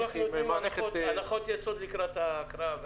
אנחנו רק אומרים הנחות יסוד לקראת ההקראה.